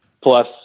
plus